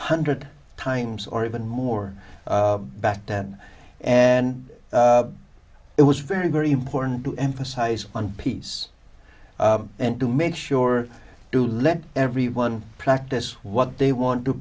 hundred times or even more back then and it was very very important to emphasize on peace and to make sure to let everyone practice what they want to